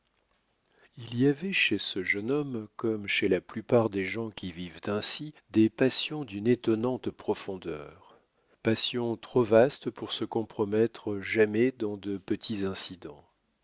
il y avait chez ce jeune homme comme chez la plupart des gens qui vivent ainsi des passions d'une étonnante profondeur passions trop vastes pour se compromettre jamais dans de petits incidents